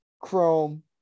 Chrome